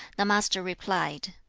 the master replied,